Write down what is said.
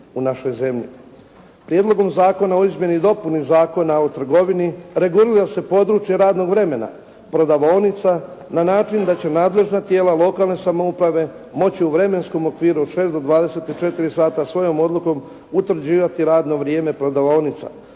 Prijedlogom zakona o izmjeni i dopuni Zakona o trgovini regulira se područje radnog vremena prodavaonica na način da će nadležna tijela lokalne samouprave moći u vremenskom okviru od 6 do 24 sata svojom odlukom utvrđivati radno vrijeme prodavaonica,